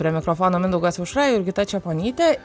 prie mikrofono mindaugas aušra jurgita čeponytė